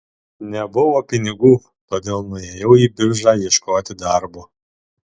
nebuvo pinigų todėl nuėjau į biržą ieškoti darbo